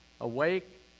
awake